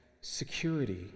security